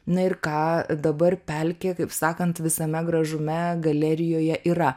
na ir ką dabar pelkė kaip sakant visame gražume galerijoje yra